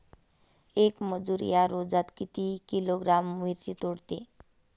येक मजूर या रोजात किती किलोग्रॅम मिरची तोडते?